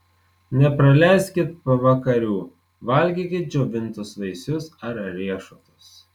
nepraleiskit pavakarių valgykit džiovintus vaisius ar riešutus